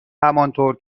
همانطور